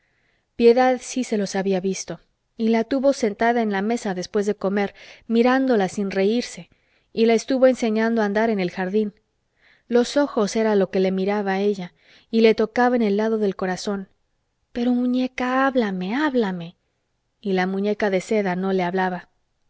piedad sí se los había visto y la tuvo sentada en la mesa después de comer mirándola sin reírse y la estuvo enseñando a andar en el jardín los ojos era lo que le miraba ella y le tocaba en el lado del corazón pero muñeca háblame háblame y la muñeca de seda no le hablaba